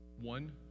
one